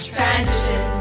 Transition